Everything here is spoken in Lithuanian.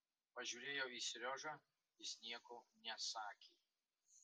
pažiūrėjau į seriožą jis nieko nesakė